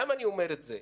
למה אני אומר את זה?